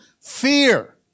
fear